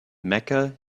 mecca